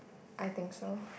I think so